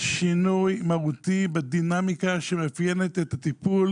שינוי מהותי בדינמיקה שמאפיינת את הטיפול